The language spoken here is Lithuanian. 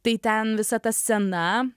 tai ten visa ta scena